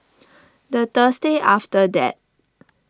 the Thursday after that